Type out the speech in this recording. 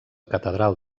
catedral